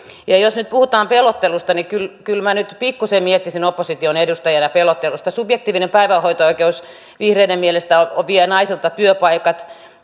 jos nyt puhutaan pelottelusta niin kyllä kyllä minä nyt pikkusen miettisin opposition edustajana pelottelusta subjektiivinen päivähoito oikeus vihreiden mielestä vie naisilta työpaikat